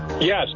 Yes